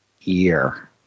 year